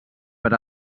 per